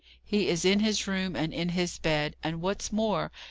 he is in his room, and in his bed. and what's more,